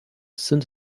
sind